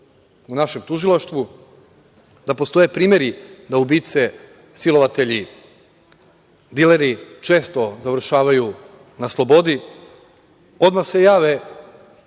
u našem tužilaštvu, da postoje primeri da ubice, silovatelji, dileri, često završavaju na slobodi, odmah se jave